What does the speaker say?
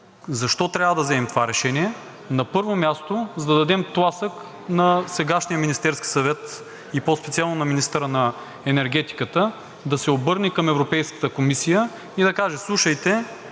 Защо трябва да вземем това решение? На първо място, за да дадем тласък на сегашния Министерски съвет и по-специално на министъра на енергетиката да се обърне към Европейската комисия и да каже: „Слушайте,